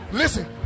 listen